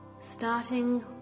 Starting